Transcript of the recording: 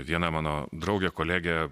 viena mano draugė kolegė